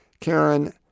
Karen